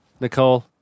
Nicole